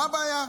מה הבעיה?